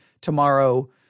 tomorrow